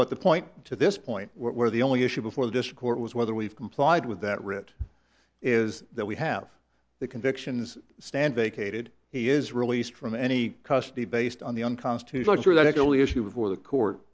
but the point to this point where the only issue before this court was whether we've complied with that writ is that we have the convictions stand vacated he is released from any custody based on the unconstitutional sure th